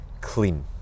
clean